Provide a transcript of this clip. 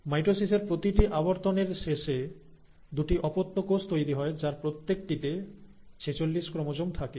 mitosis এর প্রতিটি আবর্তন এর শেষে দুটি অপত্য কোষ ডটার সেল তৈরি হয় যার প্রত্যেকটিতে 46 ক্রোমোজোম থাকে